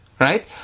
Right